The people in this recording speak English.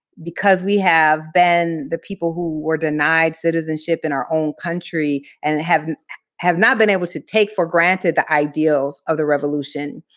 because we have been the people who were denied citizenship in our own country and have have not been able to take for granted the ideals of the revolution